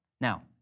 Now